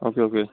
okay okay